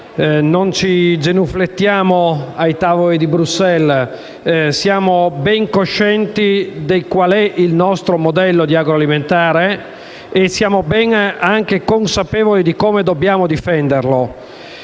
non ci genuflettiamo ai tavoli di Bruxelles. Siamo ben coscienti di qual è il nostro modello di agroalimentare e siamo anche ben consapevoli di come dobbiamo difenderlo.